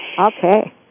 Okay